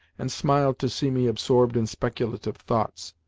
and smiled to see me absorbed in speculative thoughts.